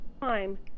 time